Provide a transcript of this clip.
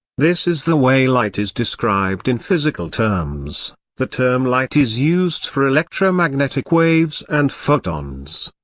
this is the way light is described in physical terms the term light is used for electromagnetic waves and photons.